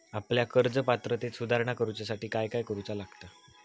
आपल्या कर्ज पात्रतेत सुधारणा करुच्यासाठी काय काय करूचा लागता?